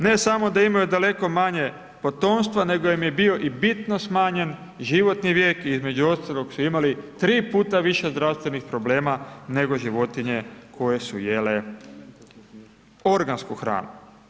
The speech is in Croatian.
Ne samo da imaju daleko manje potomstva, nego im je bio i bitno smanjen životni vijek, između ostalog su imali 3 puta više zdravstvenih problema, nego životinje koje su jele organsku hranu.